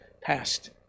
passed